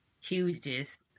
hugest